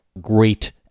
great